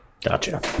Gotcha